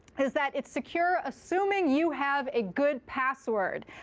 is that it's secure assuming you have a good password.